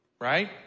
Right